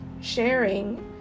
sharing